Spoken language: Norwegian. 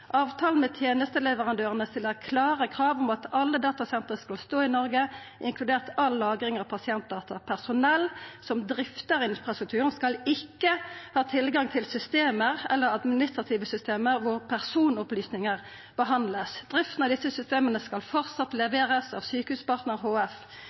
Avtalen med tjenesteleverandøren stiller klare krav om at alle datasentre skal stå i Norge, inkludert all lagring av pasientdata Personell som drifter infrastrukturen, skal ikke ha tilgang til systemer eller administrative systemer hvor personopplysninger behandles. Driften av disse systemene skal fortsatt leveres av Sykehuspartner HF.